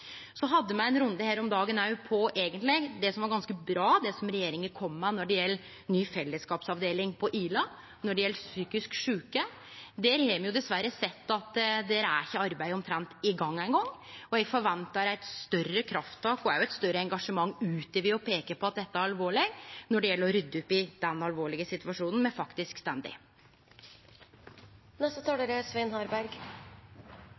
Så hadde me òg ein runde her om dagen på det som regjeringa kom med – som eigentleg var ganske bra – når det gjeld ny fellesskapsavdeling på Ila for psykisk sjuke. Der har me dessverre sett at arbeidet omtrent ikkje eingong er i gang, og eg forventar eit større krafttak og òg eit større engasjement ut over å peike på at dette er alvorleg, når det gjeld å rydde opp i den alvorlege situasjonen me faktisk